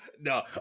No